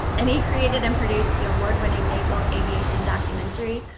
and he created and produced the award winning naval aviation documentary,